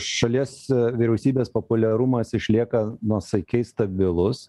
šalies vyriausybės populiarumas išlieka nuosaikiai stabilus